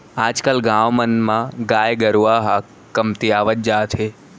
आज कल गाँव मन म गाय गरूवा ह कमतियावत जात हे